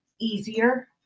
easier